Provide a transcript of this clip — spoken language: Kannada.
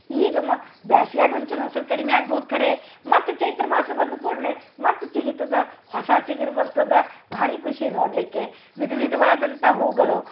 ಈಗ ಮ ಬ್ಯಾಸ್ಗ್ಯಾಗ ಒಂಚೂರು ಹಸಿರು ಕಡಿಮೆ ಆಗ್ಬೋದು ಕರೆ ಮತ್ತೆ ಚೈತ್ರ ಮಾಸ ಬಂದು ಕೂಡಲೇ ಮತ್ತೆ ಚಿಗಿತದ ಹೊಸ ಚಿಗುರು ಬರ್ತದ ಭಾರಿ ಖುಷಿ ನೋಡಲಿಕ್ಕೆ ವಿಧ ವಿಧವಾದಂಥ ಹೂಗಳು